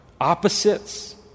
Opposites